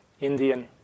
Indian